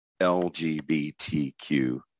LGBTQ